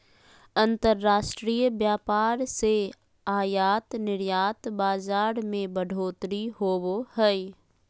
अंतर्राष्ट्रीय व्यापार से आयात निर्यात बाजार मे बढ़ोतरी होवो हय